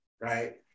right